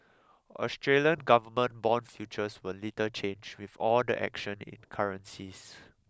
Australian government bond futures were little change with all the action in currencies